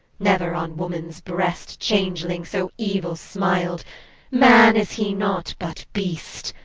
never on woman's breast changeling so evil smiled man is he not, but beast!